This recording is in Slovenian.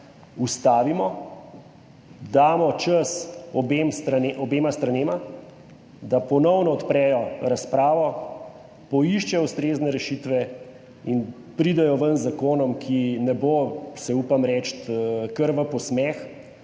ustavimo, damo čas obema stranema, da ponovno odprejo razpravo, poiščejo ustrezne rešitve in pridejo ven z zakonom, ki ne bo, si upam reči, kar v posmeh.